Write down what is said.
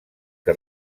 que